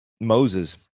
Moses